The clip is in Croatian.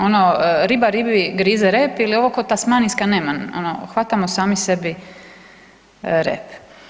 Ono riba ribi grize rep ili ovo ko tasmanijska neman, ono hvatamo sami sebi rep.